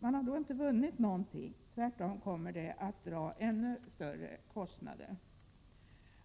Man har då inte vunnit någonting, tvärtom kommer det att dra ännu större kostnader.